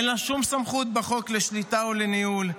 אין לה שום סמכות בחוק לשליטה או לניהול,